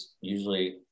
usually